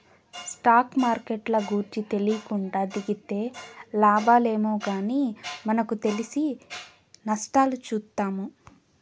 stock మార్కెట్ల గూర్చి తెలీకుండా దిగితే లాబాలేమో గానీ మనకు తెలిసి నష్టాలు చూత్తాము